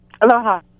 Aloha